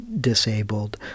disabled